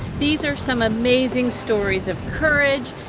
these are some amazing stories of courage,